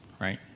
right